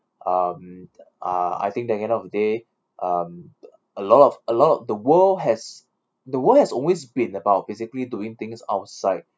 um uh I think at the end of the day um a lot of a lot of the world has the world has always been about basically doing things outside